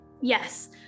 yes